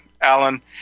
Alan